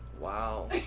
Wow